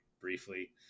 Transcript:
briefly